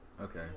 Okay